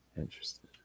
Interesting